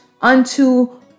unto